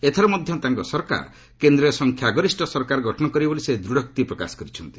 ଏଥର ମଧ୍ୟ ତାଙ୍କ ସରକାର କେନ୍ଦ୍ରରେ ସଂଖ୍ୟାଗରିଷ୍ଠ ସରକାର ଗଠନ କରିବେ ବୋଲି ସେ ଦୂଢୋକ୍ତି ପ୍ରକାଶ କରିଛନ୍ତି